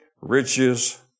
riches